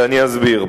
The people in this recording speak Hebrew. ואני אסביר.